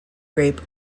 grape